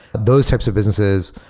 those types of businesses,